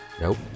Nope